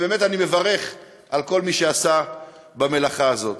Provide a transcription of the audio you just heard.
ובאמת, אני מברך את כל מי שעשה במלאכה הזאת,